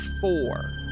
four